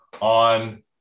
on